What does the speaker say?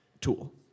tool